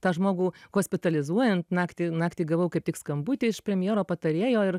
tą žmogų hospitalizuojant naktį naktį gavau kaip tik skambutį iš premjero patarėjo ir